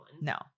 No